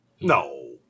No